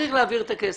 צריך להעביר את הכסף.